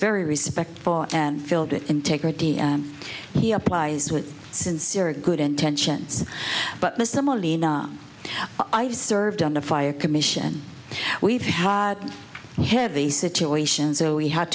very respectful and filled in integrity and he applies with sincere good intentions but i've served under fire commission we've had heavy situations so we had